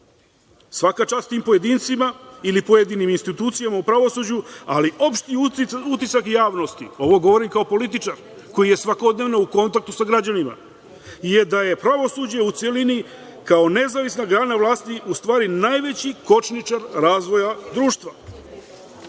Svaka čast tim pojedincima ili pojedinim institucijama u pravosuđu, ali opšti utisak javnosti, ovo govorim kao političar koji je svakodnevno u kontaktu sa građanima, je da je pravosuđe u celini kao nezavisna grana vlasti u stvari najveći kočničar razvoja društva. Ovim